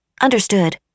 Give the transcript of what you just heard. Understood